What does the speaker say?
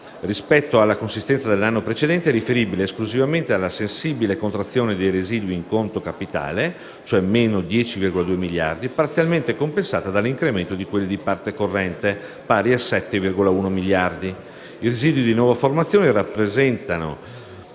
rispetto alla consistenza dell'anno precedente, è riferibile esclusivamente alla sensibile contrazione dei residui di conto capitale (-10,2 miliardi), parzialmente compensata dall'incremento di quelli di parte corrente (7,1 miliardi). I residui di nuova formazione rappresentano